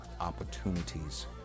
opportunities